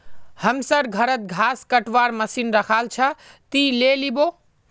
हमसर घरत घास कटवार मशीन रखाल छ, ती ले लिबो